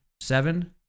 seven